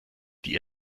die